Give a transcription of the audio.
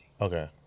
okay